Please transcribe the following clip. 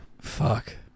Fuck